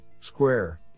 Square